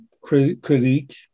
critique